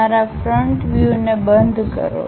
તમારા front view ને બંધ કરો